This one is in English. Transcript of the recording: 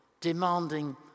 demanding